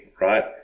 right